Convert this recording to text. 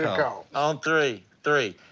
call. on three. three.